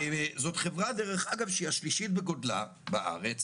זאת חברה שהיא השלישית בגודלה בארץ